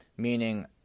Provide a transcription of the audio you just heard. Meaning